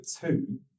two